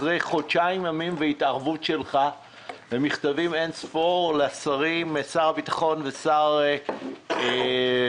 אחרי חודשיים והתערבות שלך ומכתבים אין ספור לשר הביטחון ושר החוץ,